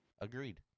agreed